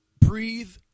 Breathe